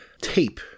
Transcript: tape